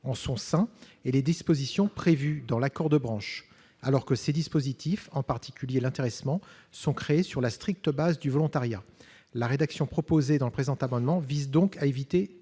son sein et les dispositions prévues dans l'accord de branche -, alors que ces dispositifs, en particulier l'intéressement, sont créés sur la stricte base du volontariat. La rédaction proposée dans le présent amendement vise à éviter